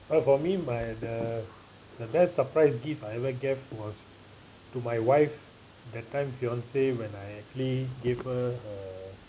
oh for me my the the best surprise gift I ever gave was to my wife that time fiancee when I actually gave her a